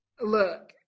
look